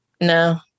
No